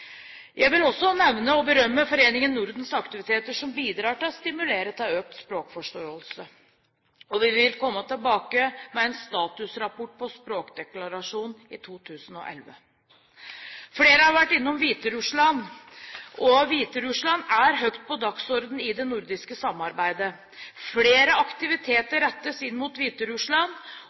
Jeg vil også nevne og berømme Foreningen Nordens aktiviteter, som bidrar til å stimulere til økt språkforståelse. Vi vil komme tilbake med en statusrapport på en språkdeklarasjon i 2011. Flere har vært inne på Hviterussland. Hviterussland er høyt på dagsordenen i det nordiske samarbeidet. Flere aktiviteter rettes inn mot Hviterussland,